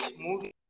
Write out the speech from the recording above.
movie